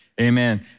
Amen